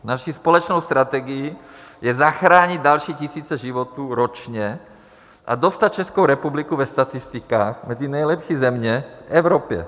Naší společnou strategií je zachránit další tisíce životů ročně a dostat Českou republiku ve statistikách mezi nejlepší země v Evropě.